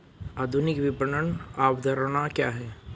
आधुनिक विपणन अवधारणा क्या है?